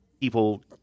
people